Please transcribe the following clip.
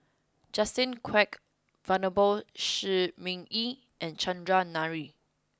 Justin Quek Venerable Shi Ming Yi and Chandran Nair